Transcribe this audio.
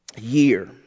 year